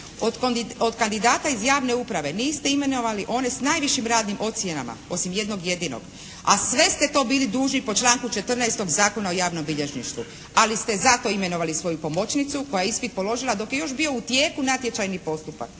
Od kandidata iz javne uprave niste imenovali one s najvišim radnim ocjenama. Osim jednog jedinog. A sve ste to bili dužni po članku 14. Zakona o javnom bilježništvu. Ali ste zato imenovali svoju pomoćnicu koja je ispit položila dok je još bio u tijeku natječajni postupak.